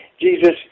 Jesus